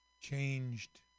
changed